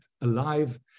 alive